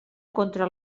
contra